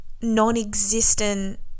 non-existent